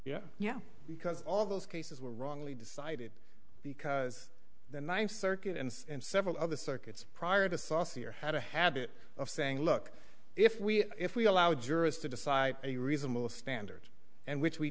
yeah yeah because all those cases were wrongly decided because the ninth circuit and several other circuits prior to saucier had a habit of saying look if we if we allow jurors to decide a reasonable standard and which we